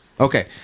Okay